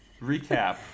Recap